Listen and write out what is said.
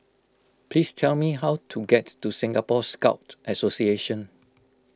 please tell me how to get to Singapore Scout Association